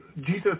Jesus